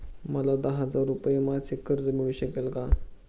मला दहा हजार रुपये मासिक कर्ज मिळू शकेल का?